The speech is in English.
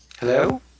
Hello